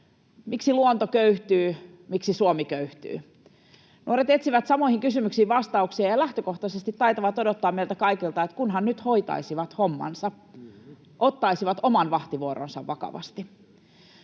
miksi luonto köyhtyy, miksi Suomi köyhtyy. Nuoret etsivät samoihin kysymyksiin vastauksia ja lähtökohtaisesti taitavat odottaa meiltä kaikilta, että kunhan nyt hoitaisivat hommansa ja ottaisivat oman vahtivuoronsa vakavasti.